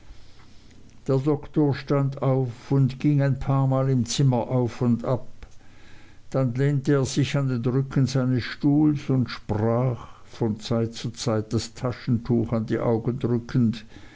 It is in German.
der doktor stand auf und ging ein paarmal im zimmer auf und ab dann lehnte er sich an den rücken seines stuhls und sprach von zeit zu zeit das taschentuch an die augen drückend